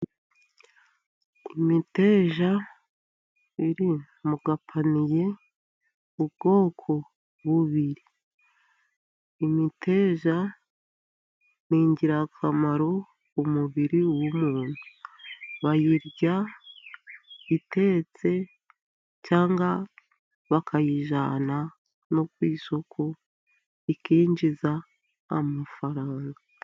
Imiteja iri mu gapaniye ubwoko bubiri. Imiteja ni ingirakamaro mu mubiri w'umuntu, bayirya itetse, cyangwa bakayijyana no ku isoko ikinjiza amafaranga.